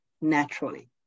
naturally